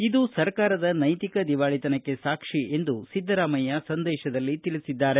ಇದು ಸರ್ಕಾರದ ನೈತಿಕ ದಿವಾಳಿತನಕ್ಕೆ ಸಾಕ್ಷಿ ಎಂದು ಸಂದೇಶದಲ್ಲಿ ತಿಳಿಸಿದ್ದಾರೆ